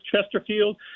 Chesterfield